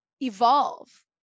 evolve